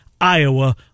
Iowa